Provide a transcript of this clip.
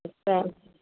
एतिरा